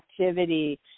activity